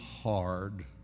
hard